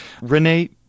Renee